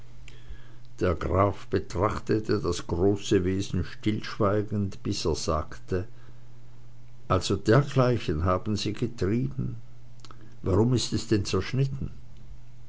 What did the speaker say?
der graf betrachtete das große wesen stillschweigend bis er sagte also dergleichen haben sie getrieben warum ist es denn zerschnitten